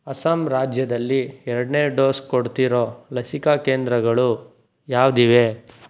ಅಸ್ಸಾಂ ರಾಜ್ಯದಲ್ಲಿ ಎರಡನೇ ಡೋಸ್ ಕೊಡ್ತಿರೊ ಲಸಿಕಾ ಕೇಂದ್ರಗಳು ಯಾವುದಿವೆ